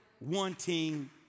wanting